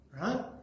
Right